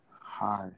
Hi